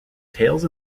tails